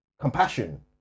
compassion